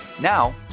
now